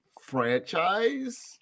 franchise